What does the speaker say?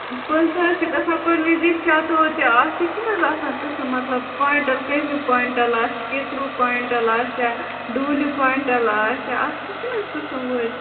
پٕنٛژٕہ حظ چھِ گَژھان کُنہِ وِزِ شتوُہ تہِ اَتھ تہِ چھُناہ حظ آسان قٕسٕم مطلب کۅونٛٹل کَمیُک کۄنٛٹل آسہِ کِکرو کۅنٛٹل آسیٛا ڈوٗنِو کۅونٛٹل آسیٛا اَتھ تہِ چھِناہ قٕسٕم وٲرۍ